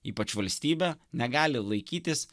ypač valstybė negali laikytis